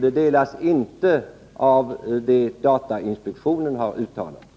Det delas inte av datainspektionen i dess uttalande.